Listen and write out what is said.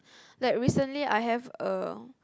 like recently I have uh